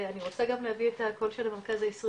אני רוצה גם להביא את הקול של המרכז הישראלי